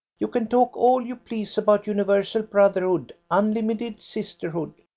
you can talk all you please about universal brotherhood, unlimited sisterhood,